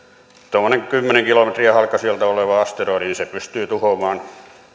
tuommoinen kymmenen kilometriä halkaisijaltaan oleva asteroidi pystyy tuhoamaan